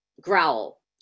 growl